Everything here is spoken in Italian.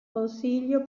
consiglio